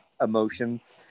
emotions